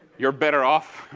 you're better off.